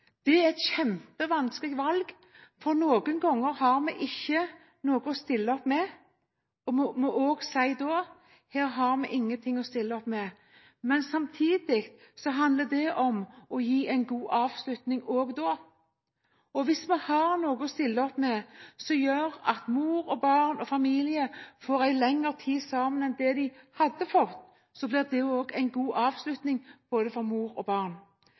Det er et kjempevanskelig valg, for noen ganger har vi ikke noe å stille opp med og må da si: Her har vi ingenting å stille opp med. Men samtidig handler det om å gi en god avslutning òg da. Og hvis vi har noe å stille opp med, som gjør at mor og barn og familie får en lengre tid sammen enn de ellers ville fått, blir det òg en god avslutning for både mor og barn.